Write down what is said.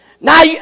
Now